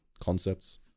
concepts